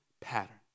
pattern